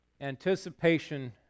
Anticipation